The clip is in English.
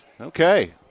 Okay